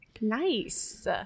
nice